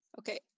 Okay